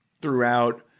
throughout